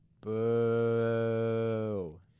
Boo